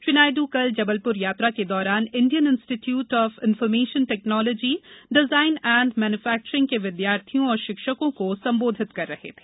श्री नायडू कल जबलपुर यात्रा के दौरान Indian Institute of Information Technology design and manufacturing के विद्यार्थियों और शिक्षकों को संबोधित कर रहे थे